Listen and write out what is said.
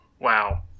wow